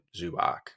Zubak